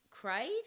Crave